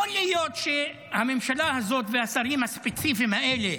יכול להיות שהממשלה הזאת והשרים הספציפיים האלה,